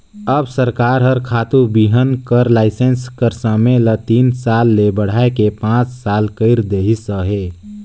अब सरकार हर खातू बीहन कर लाइसेंस कर समे ल तीन साल ले बढ़ाए के पाँच साल कइर देहिस अहे